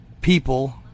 people